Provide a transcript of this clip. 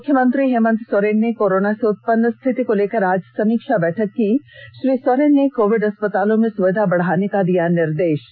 मुख्यमंत्री हेमंत सोरेन ने कोरोना से उत्पन्न स्थिति को लेकर आज समीक्षा बैठक की श्री सोरेन ने कोविड अस्पतालों में सुविधा बढ़ाने का निर्देष दिया